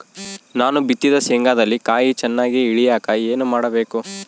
ನಾನು ಬಿತ್ತಿದ ಶೇಂಗಾದಲ್ಲಿ ಕಾಯಿ ಚನ್ನಾಗಿ ಇಳಿಯಕ ಏನು ಮಾಡಬೇಕು?